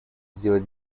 сделать